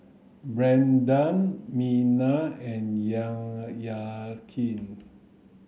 Brandan Mena and